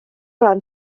ran